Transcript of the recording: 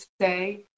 say